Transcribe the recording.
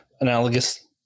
analogous